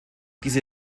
diese